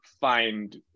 find